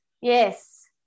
Yes